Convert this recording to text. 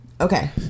Okay